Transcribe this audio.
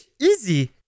easy